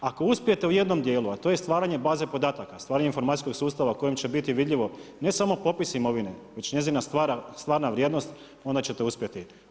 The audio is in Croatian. Ako uspijete u jednom dijelu, a to je stvaranje baze podataka, stvaranje informacijskog sustava u kojem će biti vidljivo ne samo popis imovine već njezina stvarna vrijednost, onda ćete uspjeti.